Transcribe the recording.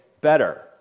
better